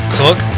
cook